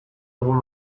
dugun